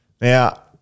Now